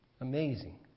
Amazing